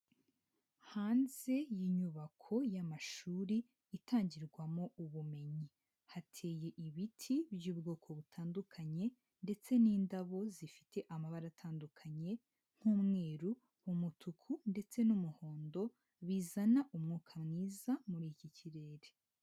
Hanze y'inyubako y'amashuri itangirwamo ubumenyi, hateye ibiti by'ubwoko butandukanye ndetse n'indabo zifite amabara atandukanye nk'umweru, umutuku ndetse n'umuhondo bizana umwuka mwiza muri iki kirere.